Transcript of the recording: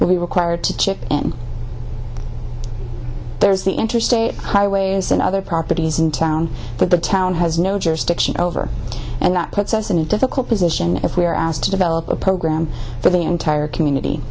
will be required to chip and there's the interstate highways and other properties in town but the town has no jurisdiction over it and that puts us in a difficult position if we are asked to develop a program for the entire community